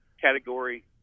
Category